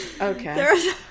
Okay